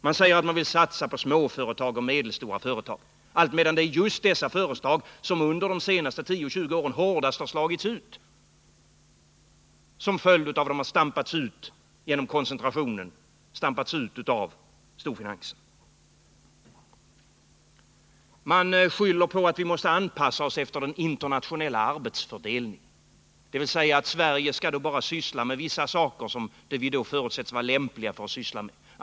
Man säger sig vilja satsa på småföretag och medelstora företag, medan det just är dessa företag som under de senaste 10-20 åren hårdast har slagits ut. De har stampats ut av storfinansen genom koncentrationen. Man skyller vidare på att vi måste anpassa oss efter den internationella arbetsfördelningen, dvs. Sverige skall bara syssla med vissa saker som vi förutsätts vara lämpliga att syssla med.